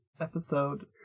episode